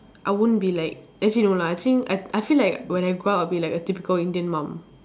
I won't be like actually no lah I think I I feel like when I grow up I'll be like a typical Indian mom